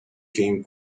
came